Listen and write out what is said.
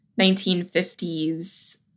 1950s